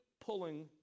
pulling